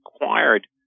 required